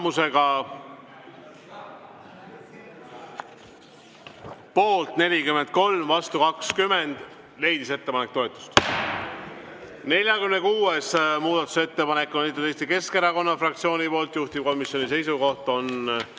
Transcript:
poolt 43, vastu 20, leidis ettepanek toetust. 46. muudatusettepaneku on esitanud Eesti Keskerakonna fraktsioon, juhtivkomisjoni seisukoht on